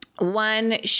One